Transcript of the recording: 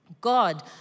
God